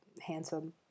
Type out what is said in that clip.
handsome